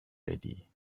ready